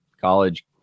college